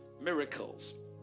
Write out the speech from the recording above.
miracles